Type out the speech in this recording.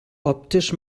optisch